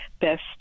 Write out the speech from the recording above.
best